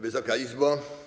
Wysoka Izbo!